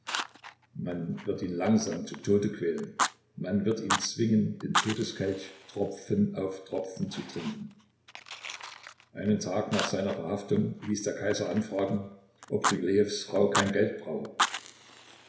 man wird ihn langsam zu tode quälen man wird ihn zwingen den todeskelch tropfen auf tropfen zu trinken einen tag nach seiner verhaftung ließ der kaiser anfragen ob rylejews frau kein geld brauche